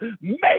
make